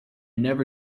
never